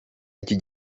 iki